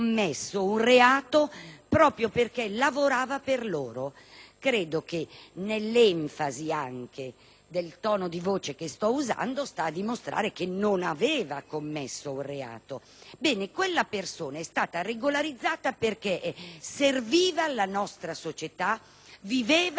proprio perché lavorava per loro. Credo che anche l'enfasi del tono di voce che sto usando sta a dimostrare che non aveva commesso un reato. Ebbene, quella persona è stata regolarizzata perché serviva e viveva all'interno della nostra società.